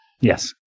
Yes